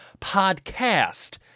Podcast